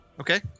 Okay